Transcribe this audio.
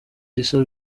gisa